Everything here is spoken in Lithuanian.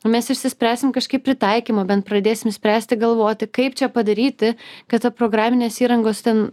o mes išsispręsim kažkaip pritaikymą bent pradėsim spręsti galvoti kaip čia padaryti kad ta programinės įrangos ten